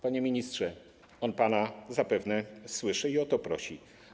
Panie ministrze, on pana zapewne słyszy i o to prosi.